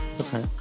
okay